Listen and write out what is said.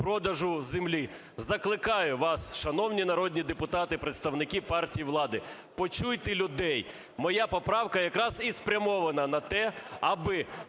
продажу землі. Закликаю вас, шановні народні депутати представники партії влади, почуйте людей. Моя поправка якраз і спрямована на те, аби